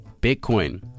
bitcoin